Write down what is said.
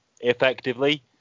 effectively